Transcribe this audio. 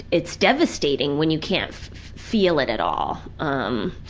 it's devastating when you can't feel it at all, um.